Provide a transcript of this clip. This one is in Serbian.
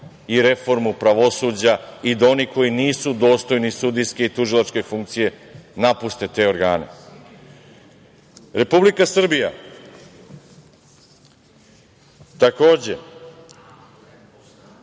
i reformu pravosuđa i da oni koji nisu dostojni sudijske i tužilačke funkcije napuste te organe. Republika Srbija, takođe,